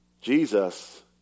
Jesus